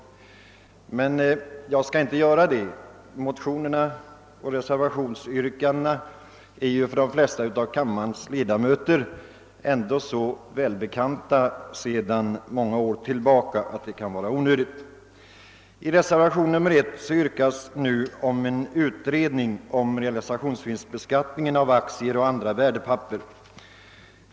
Jag skall emellertid inte göra detta, eftersom motionerna och reservationsyrkandena för de flesta av kam« marens ledamöter sedan många år tillbaka är så välbekanta att det kan vara onödigt. I reservationen 1 yrkas nu på en utredning av realisationsvinstbeskattningen av aktier och andra värdepapper.